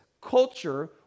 Culture